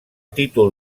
títol